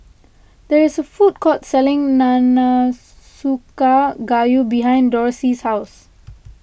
there is a food court selling gayu behind Dorsey's house